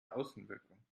außenwirkung